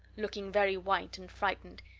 looking very white and frightened.